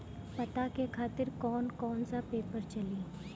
पता के खातिर कौन कौन सा पेपर चली?